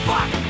Fuck